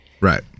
Right